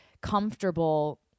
comfortable